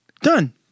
Done